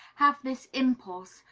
have this impulse,